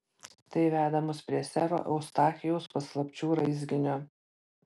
tai veda mus prie sero eustachijaus paslapčių raizginio